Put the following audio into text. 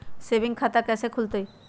Saving खाता कैसे खुलतई?